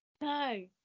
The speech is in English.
No